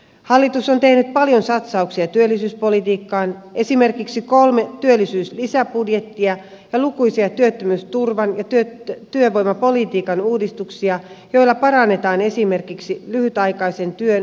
hallitus on tehnyt paljon satsauksia työllisyyspolitiikkaan esimerkiksi kolme työllisyyslisäbudjettia ja lukuisia työttömyysturvan ja työvoimapolitiikan uudistuksia joilla parannetaan esimerkiksi lyhytaikaisen työn vastaanottamista